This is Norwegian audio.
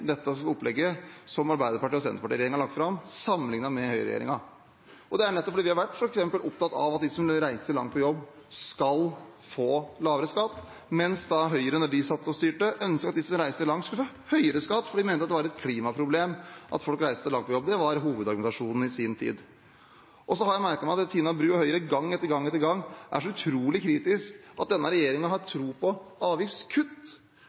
opplegget som Arbeiderparti–Senterparti-regjeringen har lagt fram, sammenlignet med høyreregjeringens forrige vedtatte budsjett. Det er fordi vi f.eks. har vært opptatt av at de som reiser langt på jobb, skal få lavere skatt, mens Høyre, da de satt og styrte, ønsket at de som reiste langt, skulle få høyere skatt, for de mente at det var et klimaproblem at folk reiste så langt på jobb. Det var hovedargumentasjonen i sin tid. Så har jeg merket meg at Tina Bru og Høyre gang etter gang er så utrolig kritisk til at denne regjeringen har tro på avgiftskutt.